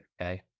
okay